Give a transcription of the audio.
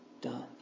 done